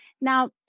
now